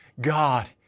God